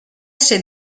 ser